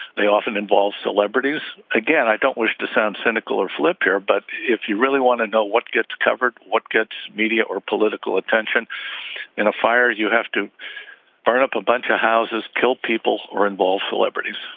they often involve celebrities. again i don't wish to sound cynical or flip here but if you really want to know what gets covered what gets media or political attention in a fire you have to burn up a bunch of houses kill people or involve celebrities